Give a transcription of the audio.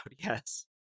yes